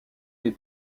les